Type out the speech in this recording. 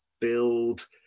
build